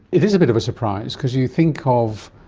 it is a bit of a surprise because you think ah of,